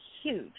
huge